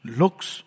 looks